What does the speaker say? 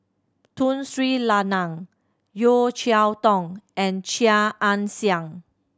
Tun Sri Lanang Yeo Cheow Tong and Chia Ann Siang